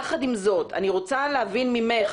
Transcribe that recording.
יחד עם זאת, אני רוצה להבין ממך